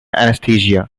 anesthesia